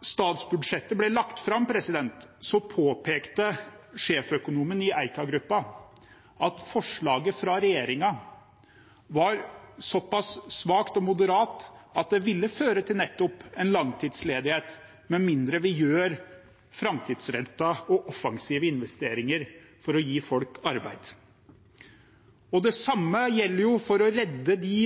statsbudsjettet ble lagt fram, påpekte sjeføkonomen i Eika Gruppen at forslaget fra regjeringen var såpass svakt og moderat at det ville føre til nettopp langtidsledighet, med mindre vi gjør framtidsrettede og offensive investeringer for å gi folk arbeid. Det samme gjelder for å redde de